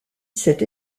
cet